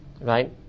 right